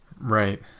Right